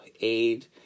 aid